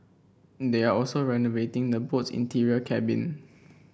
they are also renovating the boat's interior cabin